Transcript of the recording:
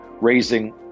raising